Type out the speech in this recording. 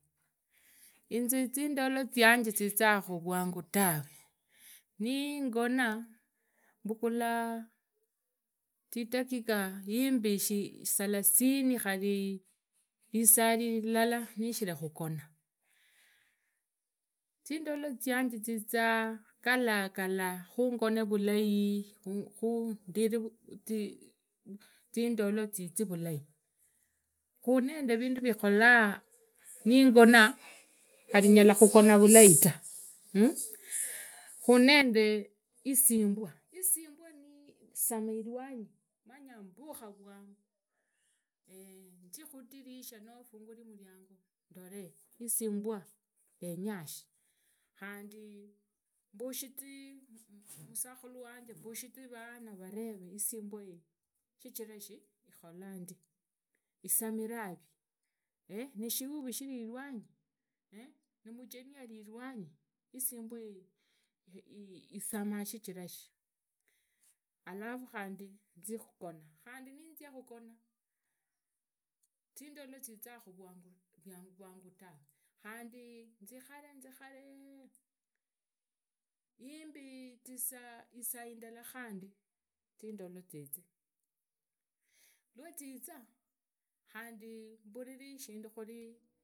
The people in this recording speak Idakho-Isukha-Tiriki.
Ize zindolo zizakhu rwangu tawe ningona mbugula zidahikaa yimbi salasini khari visali ilala nishiri kugugona zindolo zianje zizaa galagala khungone vulai khundi zindolo zizee vulai khurinende vindu vikholaa ningonaa khari nyala khugona vulai tu khari nende isimbwa isimbwa nisema iwanyi manyambukha rwangu nzi khudirisha noo fungure munango ndore isimbwa yenyashi khandi mbushizi musakhulu wanye mbushizi vana vanje vaveve isimbwa iyi shichira ikhola ndina isemarawi nishindu shiri ilwanyi nimujeni ari ilwanyi isimbwa isama shichirshi alafu khandi zia khugongi khandi ninzia khugona zindolo zizakhu vwangu tawe khandi zikhare zikhare yimbi isa indala khandi zindolo zizee lwaziza khandi mburire shindu khuri.